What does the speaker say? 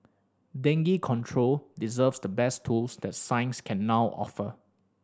dengue control deserves the best tools that science can now offer